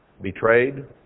betrayed